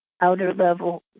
outer-level